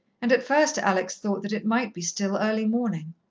and at first alex thought that it might be still early morning,